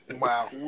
Wow